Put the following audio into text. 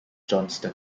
johnston